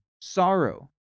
sorrow